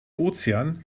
ozean